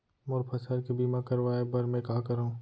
मोर फसल के बीमा करवाये बर में का करंव?